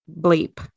bleep